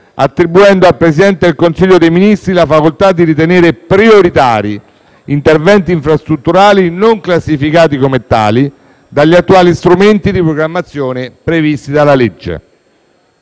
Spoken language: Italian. attribuendo al Presidente del Consiglio dei ministri la facoltà di ritenere prioritari interventi infrastrutturali non classificati come tali dagli attuali strumenti di programmazione previsti dalla legge.